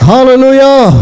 Hallelujah